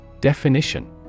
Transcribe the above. Definition